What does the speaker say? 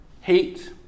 Hate